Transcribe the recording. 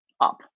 up